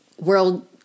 world